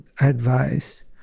advice